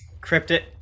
cryptic